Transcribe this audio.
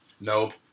Nope